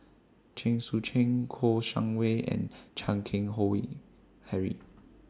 Chen Sucheng Kouo Shang Wei and Chan Keng Howe Harry